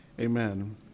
Amen